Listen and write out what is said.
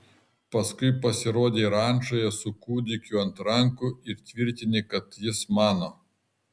paskui pasirodei rančoje su kūdikiu ant rankų ir tvirtini kad jis mano